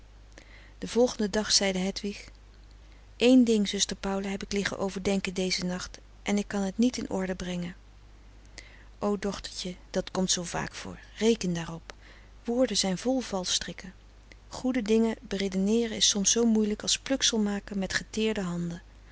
den volgenden dag zeide hedwig een ding zuster paula heb ik liggen overdenken dezen nacht en ik kan het niet in orde brengen o dochtertje dat komt zoo vaak voor reken frederik van eeden van de koele meren des doods daarop woorden zijn vol valstrikken goede dingen beredeneeren is soms zoo moeilijk als pluksel maken met geteerde handen